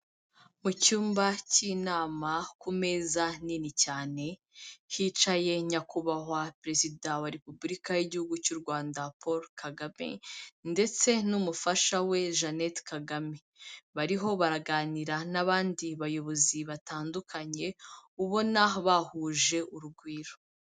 Mu cyumba cy'inama, ku meza nini cyane, hicaye nyakubahwa perezida wa Repubulika y'Igihugu cy'u Rwanda Paul Kagame ndetse n'umufasha we Jeannette Kagame. Bariho baraganira n'abandi bayobozi batandukanye ubona bahuje urugwiro.